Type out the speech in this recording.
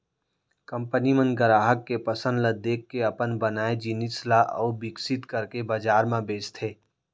company मन गराहक के पसंद ल देखके अपन बनाए जिनिस ल अउ बिकसित करके बजार म बेचथे